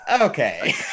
Okay